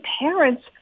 parents